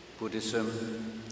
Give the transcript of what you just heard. Buddhism